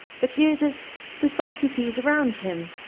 but uses the folk he sees around him,